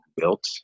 built